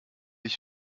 ich